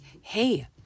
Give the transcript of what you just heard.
hey